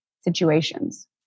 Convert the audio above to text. situations